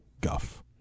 guff